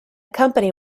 company